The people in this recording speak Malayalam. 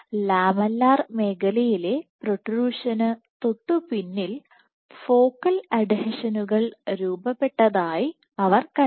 ലാമെല്ലാർ മേഖലയിലെ പ്രൊട്രുഷന് തൊട്ടുപിന്നിൽ ഫോക്കൽ അഡ്ഹെഷനുകൾ രൂപപ്പെട്ടതായി അവർ കണ്ടെത്തി